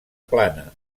plana